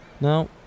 No